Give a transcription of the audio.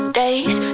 days